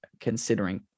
considering